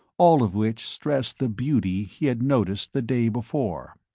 all of which stressed the beauty he had noticed the day before.